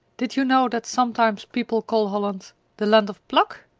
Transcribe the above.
did you know that sometimes people call holland the land of pluck?